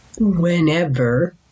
whenever